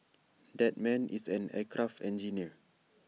that man is an aircraft engineer